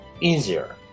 easier